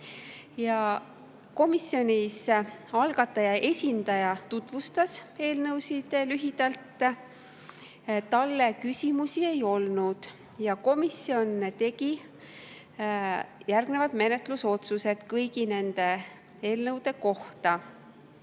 Komisjonis algataja esindaja tutvustas eelnõusid lühidalt. Talle küsimusi ei olnud. Komisjon tegi järgnevad menetlusotsused kõigi nende eelnõude kohta: